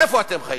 איפה אתם חיים?